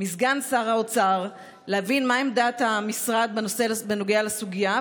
מסגן שר האוצר להבין מה עמדת המשרד בנוגע לסוגיה,